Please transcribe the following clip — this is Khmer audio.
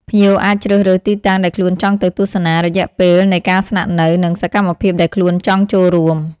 ភ្ញៀវអាចជ្រើសរើសទីតាំងដែលខ្លួនចង់ទៅទស្សនា រយៈពេលនៃការស្នាក់នៅ និងសកម្មភាពដែលខ្លួនចង់ចូលរួម។